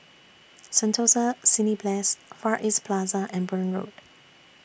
Sentosa Cineblast Far East Plaza and Burn Road